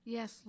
Yes